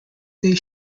they